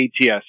ATS